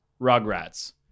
Rugrats